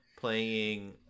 playing